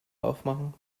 aufmachen